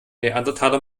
neandertaler